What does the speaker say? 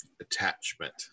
attachment